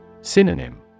Synonym